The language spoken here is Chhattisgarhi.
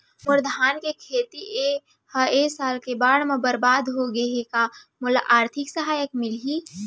मोर धान के खेती ह ए साल के बाढ़ म बरबाद हो गे हे का मोला आर्थिक सहायता मिलही?